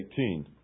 18